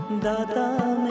Da-da